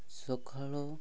ସକାଳୁ